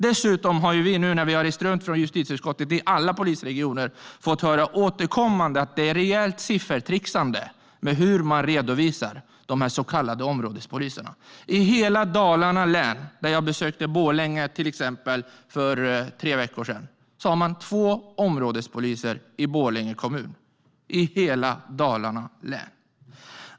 Dessutom har vi i justitieutskottet, när vi har rest runt till alla polisregioner, återkommande fått höra att det är ett rejält siffertricksande med hur man redovisar de så kallade områdespoliserna. I hela Dalarnas län - jag besökte till exempel Borlänge för tre veckor sedan - har man två områdes-poliser, och det är i Borlänge kommun.